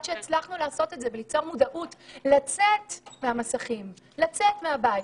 הצלחנו לעשות את זה וליצור מודעות לצאת מהמסכים ומהבית,